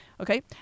okay